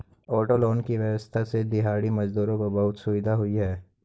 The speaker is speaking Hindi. ऑटो लोन की व्यवस्था से दिहाड़ी मजदूरों को बहुत सुविधा हुई है